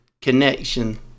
connection